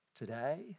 Today